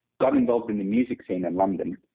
got involved in the music scene in london.